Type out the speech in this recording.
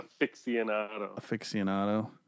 Aficionado